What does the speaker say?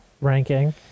ranking